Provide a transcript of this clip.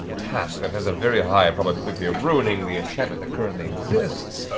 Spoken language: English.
task that has a very high probability of ruining the enchantment that currently exists.